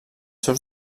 seus